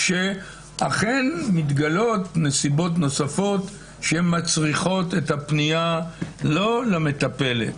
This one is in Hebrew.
כשאכן מתגלות נסיבות נוספות שמצריכות את הפנייה לא למטפלת,